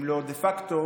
אם לא דה פקטו,